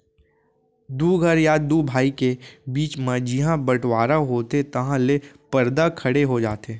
दू घर या दू भाई के बीच म जिहॉं बँटवारा होथे तहॉं ले परदा खड़े हो जाथे